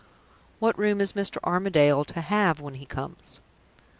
what room is mr. armadale to have when he comes?